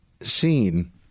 seen